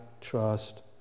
trust